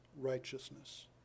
righteousness